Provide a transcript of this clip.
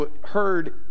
heard